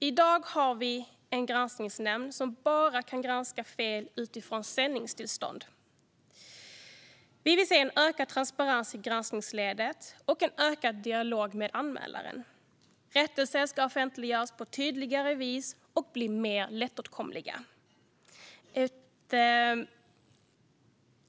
I dag har vi en granskningsnämnd som bara kan granska fel utifrån sändningstillstånd. Vi vill se en ökad transparens i granskningsledet och en ökad dialog med anmälaren. Rättelser ska offentliggöras på ett tydligare vis och bli mer lättåtkomliga.